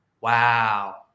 Wow